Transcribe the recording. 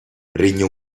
regno